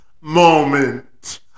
moment